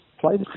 place